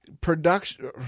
production